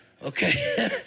Okay